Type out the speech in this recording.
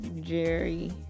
Jerry